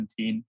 2017